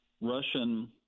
Russian